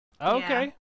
Okay